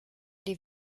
die